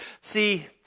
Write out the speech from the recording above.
See